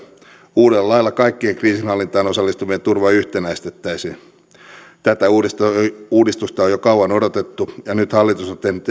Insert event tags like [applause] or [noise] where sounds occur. uudella lailla kaikkien kriisinhallintaan osallistuvien turva yhtenäistettäisiin tätä uudistusta on jo kauan odotettu ja nyt hallitus on tehnyt [unintelligible]